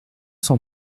cent